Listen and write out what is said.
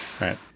right